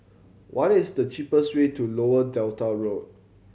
what is the cheapest way to Lower Delta Road